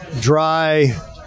dry